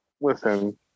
listen